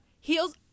Heels